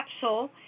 capsule